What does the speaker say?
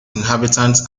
inhabitants